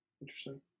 Interesting